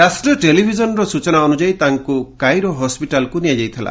ରାଷ୍ଟ୍ରୀୟ ଟେଲିଭିଜନର ସୂଚନା ଅନୁଯାୟୀ ତାଙ୍କୁ କାଇରୋ ହସ୍କଟାଲ୍କୁ ନିଆଯାଇଥିଲା